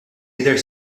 jidher